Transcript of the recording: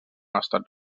estat